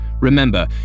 Remember